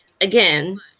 again